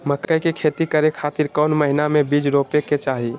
मकई के खेती करें खातिर कौन महीना में बीज रोपे के चाही?